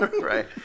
Right